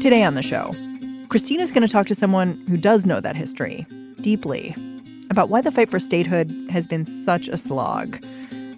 today on the show christine is going to talk to someone who does know that history deeply about why the fight for statehood has been such a slog